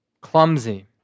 clumsy